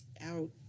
out